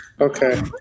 Okay